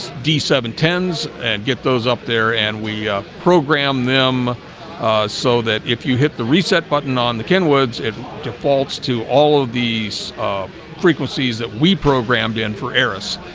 d seven tens and get those up there and we program them so that if you hit the reset button on the kenwood's it defaults to all of these frequencies that we programmed in for eros,